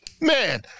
man